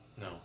No